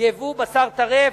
ייבוא בשר טרף,